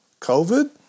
COVID